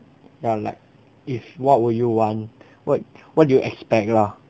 ya like if what will you want what what do you expect lah